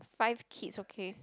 five kids okay